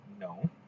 No